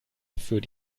für